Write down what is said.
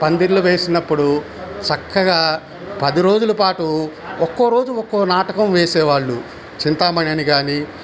పందిళ్ళు వేసినప్పుడు చక్కగా పది రోజులపాటు ఒక్కో రోజు ఒక్కో నాటకం వేసేవాళ్ళు చింతామణి అనిగానీ